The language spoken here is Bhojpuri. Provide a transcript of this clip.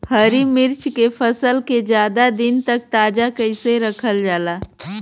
हरि मिर्च के फसल के ज्यादा दिन तक ताजा कइसे रखल जाई?